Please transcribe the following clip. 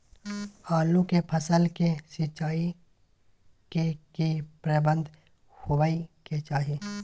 आलू के फसल के सिंचाई के की प्रबंध होबय के चाही?